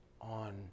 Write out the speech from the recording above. on